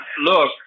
Look